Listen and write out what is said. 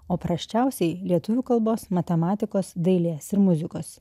o prasčiausiai lietuvių kalbos matematikos dailės ir muzikos